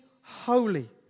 holy